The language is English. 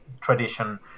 tradition